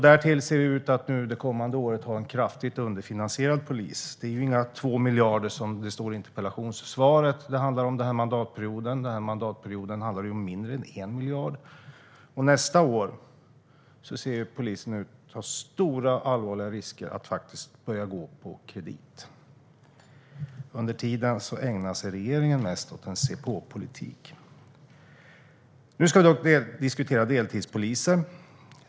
Därtill ser det ut som att vi under kommande år kommer att ha en kraftigt underfinansierad polis. Det handlar inte om några 2 miljarder den här mandatperioden, som nämndes i interpellationssvaret. Det handlar om mindre än 1 miljard. Och det ser ut som att polisen nästa år löper stor risk att faktiskt börja gå på kredit, vilket är allvarligt. Under tiden ägnar sig regeringen mest åt se-på-politik. Nu ska vi dock diskutera deltidspoliser.